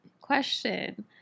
Question